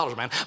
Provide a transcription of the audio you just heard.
man